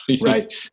Right